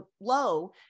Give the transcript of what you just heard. low